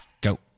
Go